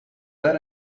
lead